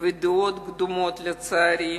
ומדעות קדומות, לצערי,